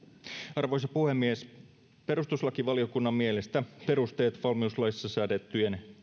arvoisa puhemies perustuslakivaliokunnan mielestä perusteet valmiuslaissa säädettyjen